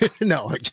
No